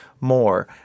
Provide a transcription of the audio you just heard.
more